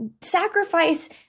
sacrifice